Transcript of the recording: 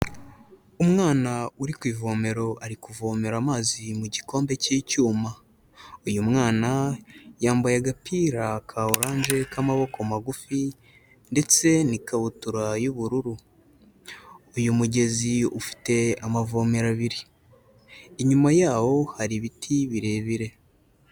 Umwana uri ku ivomero ari kuvomera amazi mu gikombe cy'icyuma, uyu mwana yambaye agapira ka oranje k'amaboko magufi ndetse n'ikabutura y'ubururu, uyu mugezi ufite amavomero abiri, inyuma yawo hari ibiti birebire.